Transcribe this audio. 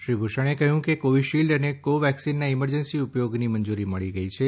શ્રી ભૂષણે કહ્યું કે કોવિશીલ્ડ અને કોવેક્સિનના ઇમરજન્સી ઉપયોગની મંજૂરી મળી ગઇ છે